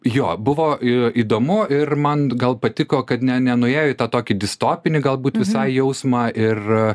jo buvo įdomu ir man gal patiko kad ne nenuėjo į tą tokį distopinį galbūt visai jausmą ir